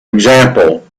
example